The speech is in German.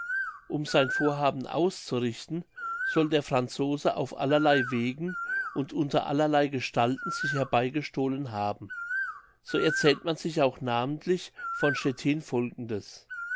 um sein vorhaben auszurichten soll der franzose auf allerlei wegen und unter allerlei gestalten sich herbeigestohlen haben so erzählt man sich auch namentlich von stettin folgendes